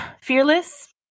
Fearless